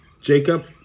Jacob